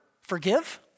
forgive